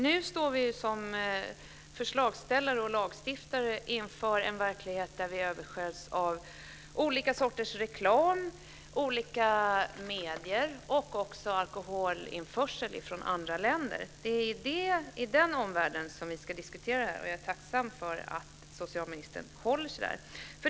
Nu står vi som förslagsställare och lagstiftare inför en verklighet där vi översköljs av skilda sorters reklam i olika medier och har en alkoholinförsel från andra länder. Det är i den omvärldssituationen som vi ska diskutera det här, och jag är tacksam för att socialministern håller sig till den.